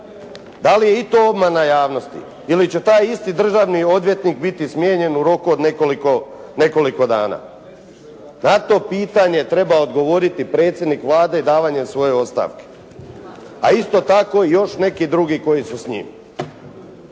Da li je i to obmana javnosti ili će taj isti državni odvjetnik biti smijenjen u roku od nekoliko dana? Na to pitanje treba odgovoriti predsjednik Vlade davanjem svoje ostavke, a isto tako još neki drugi koji su s njim.